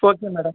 okay madam